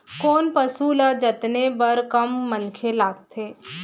कोन पसु ल जतने बर कम मनखे लागथे?